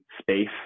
space